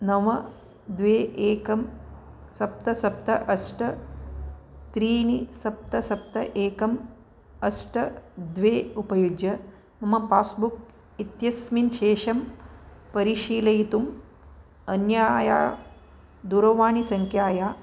नव द्वे एकं सप्त सप्त अष्ट त्रीणि सप्त सप्त एकम् अष्ट द्वे उपयुज्य मम पास्बुक् इत्यस्मिन् शेषं परिशीलयितुम् अन्याया दूरवाणीसङ्ख्याया